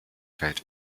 fällt